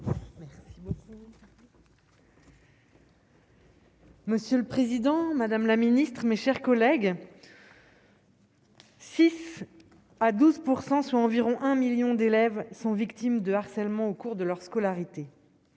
Monsieur le Président, Madame la Ministre, mes chers collègues. 6 à 12 % soit environ un 1000000 d'élèves sont victimes de harcèlement au cours de leur scolarité